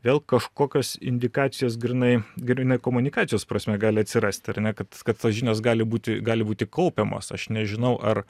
vėl kažkokios indikacijos grynai grynai komunikacijos prasme gali atsirasti ar ne kad kad tos žinios gali būti gali būti kaupiamos aš nežinau ar